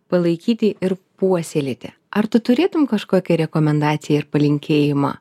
palaikyti ir puoselėti ar tu turėtum kažkokią rekomendaciją ir palinkėjimą